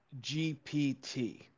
GPT